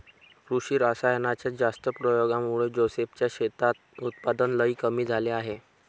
कृषी रासायनाच्या जास्त प्रयोगामुळे जोसेफ च्या शेतात उत्पादन लई कमी झाले आहे